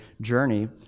journey